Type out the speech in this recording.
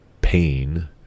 pain